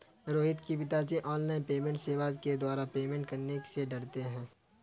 रोहित के पिताजी online payment सेवा के द्वारा पेमेंट करने से डरते हैं